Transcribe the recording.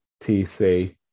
TC